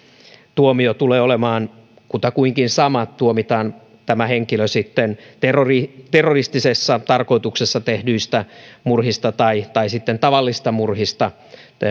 tuomio tulee olemaan kutakuinkin sama tuomitaan tämä henkilö sitten terroristisessa tarkoituksessa tehdyistä murhista tai tai sitten tavallisista murhista